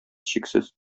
чиксез